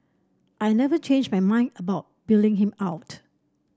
I never changed my mind about bailing him out